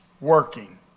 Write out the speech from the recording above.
working